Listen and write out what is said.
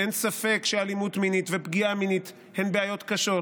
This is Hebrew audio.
ואין ספק שאלימות מינית ופגיעה מינית הן בעיות קשות,